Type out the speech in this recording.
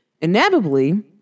inevitably